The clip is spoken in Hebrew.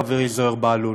חברי זוהיר בהלול.